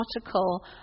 article